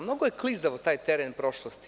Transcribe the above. Mnogo je klizav taj teren prošlosti.